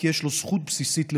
כי יש לו זכות בסיסית לבריאות.